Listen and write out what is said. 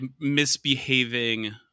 misbehaving